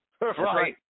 Right